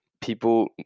people